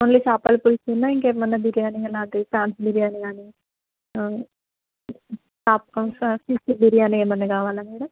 only చేపల పులుసు ఇంకా ఏమన్నా బిర్యానీ అలాగే ప్రాన్స్ అలాగే కానీ ఆ పాప్కార్న్ ఫిష్ బిర్యానీ ఏమన్న కావాల మేడం